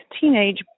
teenage